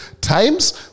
times